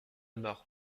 mort